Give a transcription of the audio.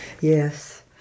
Yes